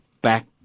back